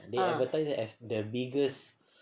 they emphasise as the biggest